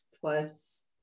plus